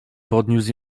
podniósł